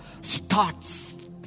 starts